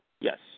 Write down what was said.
yes